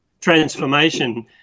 transformation